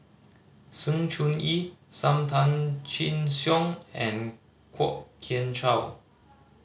Sng Choon Yee Sam Tan Chin Siong and Kwok Kian Chow